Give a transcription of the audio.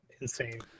Insane